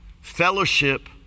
fellowship